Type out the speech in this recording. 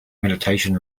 meditation